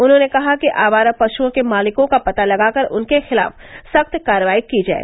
उन्होंने कहा कि आवारा पशुओं के मालिकों का पता लगाकर उनके खिलाफ सख्त कार्रवाई की जाए